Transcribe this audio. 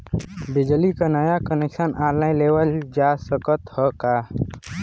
बिजली क नया कनेक्शन ऑनलाइन लेवल जा सकत ह का?